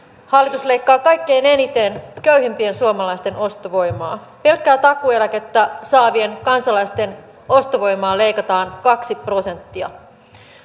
hallitus leikkaa kaikkein eniten köyhimpien suomalaisten ostovoimaa pelkkää takuueläkettä saavien kansalaisten ostovoimaa leikataan kaksi prosenttia